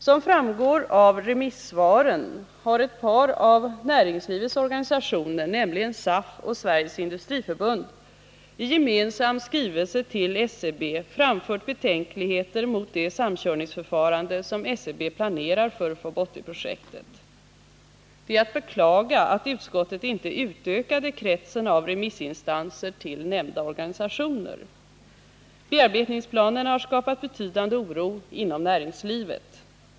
Som framgår av remissvaren har ett par av näringslivets organisationer, nämligen SAF och Sveriges industriförbund, i gemensam skrivelse till SCB framfört betänkligheter mot det samkörningsförfarande som SCB planerar för FoB 80-projektet. Det är att beklaga att utskottet inte utökade kretsen av remissinstanser till nämnda organisationer. Bearbetningsplanerna har skapat betydande oro inom näringslivet.